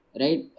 right